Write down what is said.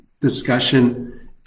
discussion